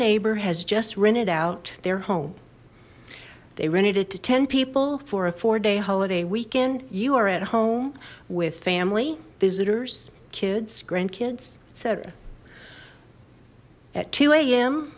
neighbor has just rented out their home they rented it to ten people for a four day holiday weekend you are at home with family visitors kids grandkids etc at